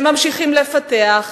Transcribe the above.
הם ממשיכים לפתח,